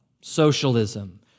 socialism